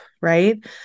right